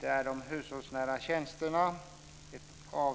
för de hushållsnära tjänsterna.